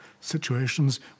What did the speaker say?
situations